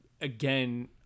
again